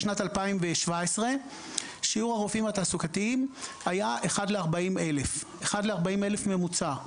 בשנת 2017 שיעור הרופאים התעסוקתיים היה 1:40,000 ממוצע.